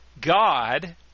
God